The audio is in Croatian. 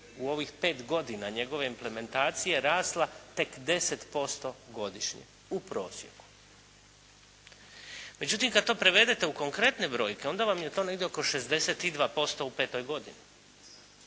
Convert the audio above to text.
u ovih pet godina njegove implementacije rasla tek 10% godišnje u prosjeku. Međutim, kad to prevedete u konkretne brojke onda vam je to negdje oko 62% u petoj godini.